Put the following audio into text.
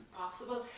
possible